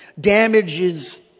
damages